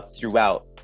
throughout